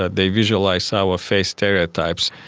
ah they visualise our face stereotypes,